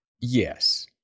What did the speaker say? yes